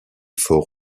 fort